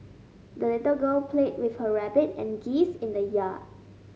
the little girl played with her rabbit and geese in the yard